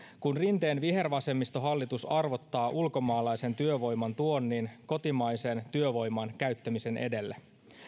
kun rinteen vihervasemmistohallitus arvottaa ulkomaalaisen työvoiman tuonnin kotimaisen työvoiman käyttämisen edelle